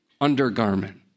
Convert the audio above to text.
undergarment